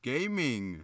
Gaming